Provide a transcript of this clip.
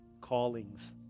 callings